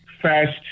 first